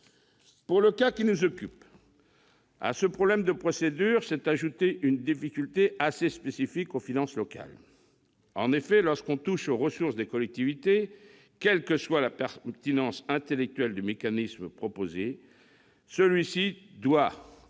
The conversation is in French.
du cas qui nous occupe, à ce problème de procédure s'est ajoutée une difficulté, assez spécifique aux finances locales. En effet, lorsque l'on touche aux ressources des collectivités, quelle que soit la pertinence intellectuelle du mécanisme proposé, celui-ci doit